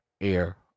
air